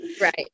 Right